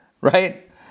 right